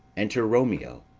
enter romeo.